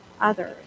others